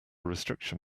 restriction